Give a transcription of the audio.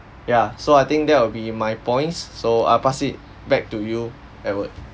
yeah so I think that will be my points so I'll pass it back to you edward